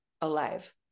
alive